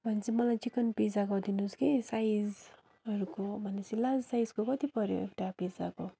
भनेपछि मलाई chicken pizza गरिदिनुहोस् कि साइजहरूको भनेपछि लार्ज साइजको कति पऱ्यो एउटा पिज्जाको